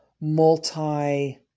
multi-